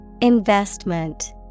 Investment